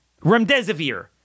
remdesivir